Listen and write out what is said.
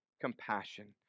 compassion